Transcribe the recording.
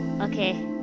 Okay